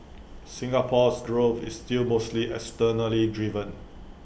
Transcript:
Singapore's growth is still mostly externally driven